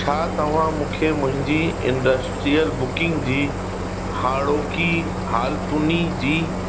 छा तव्हां मूंखे मुंहिंजी इंडस्ट्रियल बुकिंग जी हाणोकि हालतुनि जी